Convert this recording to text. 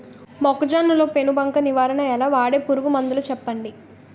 మొక్కజొన్న లో పెను బంక నివారణ ఎలా? వాడే పురుగు మందులు చెప్పండి?